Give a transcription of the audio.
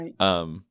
right